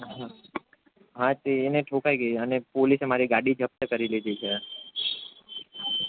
હ હ તે એને ઠોકાઈ ગઈ અને પોલીસે મારી ગાડી જપ્ત કરી લીધી છે